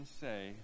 say